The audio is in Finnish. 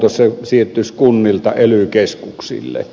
se siirtyisi kunnilta ely keskuksille